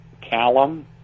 Callum